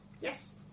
Yes